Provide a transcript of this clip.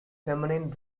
feminine